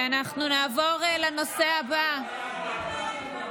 תשובה לא קיבלנו?